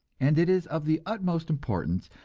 and it is of the utmost importance,